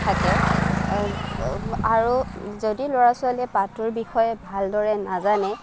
থাকে আৰু যদি ল'ৰা ছোৱালীয়ে পাঠটোৰ বিষয়ে ভালদৰে নাজানে